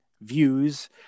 views